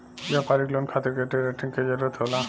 व्यापारिक लोन खातिर credit rating के जरूरत होला